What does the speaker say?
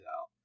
out